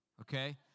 okay